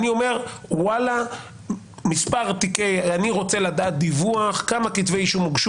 אז אני רוצה דיווח על כמה כתבי אישום הוגשו